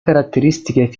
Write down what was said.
caratteristiche